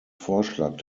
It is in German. vorschlag